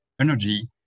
energy